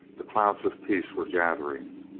the clouds of peace were gathering.